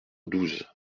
douze